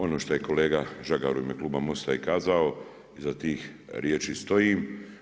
Ono što je kolega Žagar u ime Kluba Mosta i kazao iza tih riječi stojim.